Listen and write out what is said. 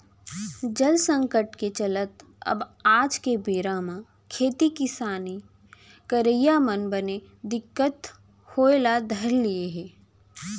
जल संकट के चलत अब आज के बेरा म खेती किसानी करई म बने दिक्कत होय ल धर लिये हे